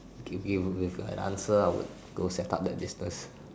given you with an answer I would go set up that business